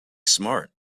smart